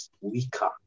weaker